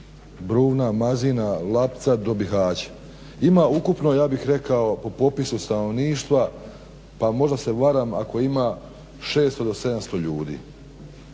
Brna, Mazina, Lapca do Bihaća ima ukupno ja bih rekao po popisu stanovništva pa možda se varam ako ima 600 do 700 ljudi.